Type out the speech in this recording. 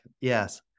yes